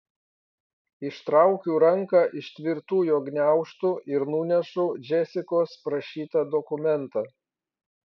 ištraukiu ranką iš tvirtų jo gniaužtų ir nunešu džesikos prašytą dokumentą